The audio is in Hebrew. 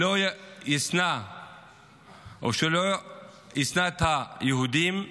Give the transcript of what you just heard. שלא ישנא את יהודים.